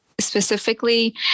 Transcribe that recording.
specifically